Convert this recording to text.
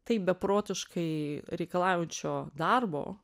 taip beprotiškai reikalaujančio darbo